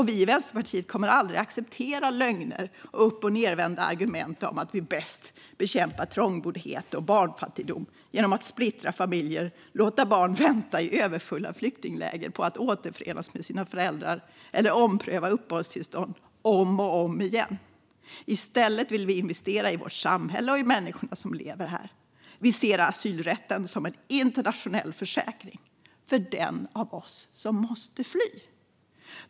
Vi i Vänsterpartiet kommer aldrig att acceptera lögner och uppochnedvända argument om att man bäst bekämpar trångboddhet och barnfattigdom genom att splittra familjer, låta barn vänta i överfulla flyktingläger på att återförenas med sina föräldrar och ompröva uppehållstillstånd om och om igen. I stället vill vi investera i vårt samhälle och i människorna som lever här. Vi ser asylrätten som en internationell försäkring för den av oss som måste fly.